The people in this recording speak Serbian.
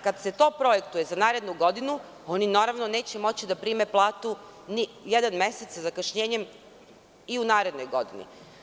Kada se to projektuje za narednu godinu, oni neće moći da prime platu jedan mesec sa zakašnjenjem i u narednoj godini.